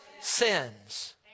sins